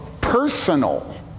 personal